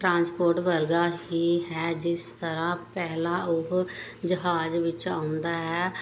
transport ਵਰਗਾ ਹੀ ਹੈ ਜਿਸ ਤਰ੍ਹਾਂ ਪਹਿਲਾਂ ਉਹ ਜਹਾਜ਼ ਵਿੱਚ ਆਉਂਦਾ ਹੈ